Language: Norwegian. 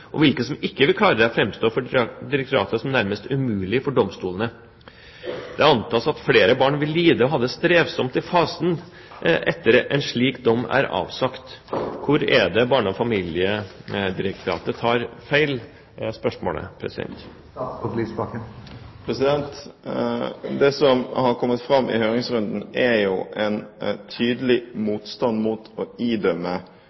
og hvilke som ikke vil klare det, fremstår for direktoratet som nærmest umulig for domsstolene. Det antas at flere barn vil lide og ha det strevsomt i fasen etter at en slik dom er avsagt.» Spørsmålet er: Hvor er det Barne-, ungdoms- og familiedirektoratet tar feil? Det som har kommet fram i høringsrunden, er en tydelig